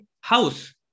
house